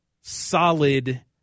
solid